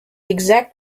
exact